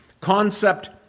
concept